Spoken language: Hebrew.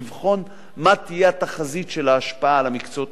לבחון מה תהיה התחזית של ההשפעה על המקצועות